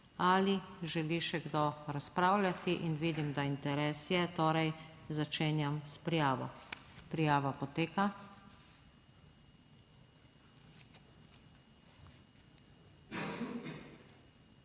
ali želi še kdo razpravljati? In vidim, da interes je, torej začenjam s prijav. Prijava poteka.